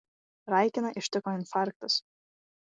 raikiną ištiko infarktas